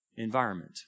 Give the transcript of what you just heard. Environment